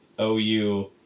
OU